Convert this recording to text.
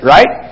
Right